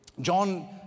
John